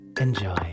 enjoy